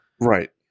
Right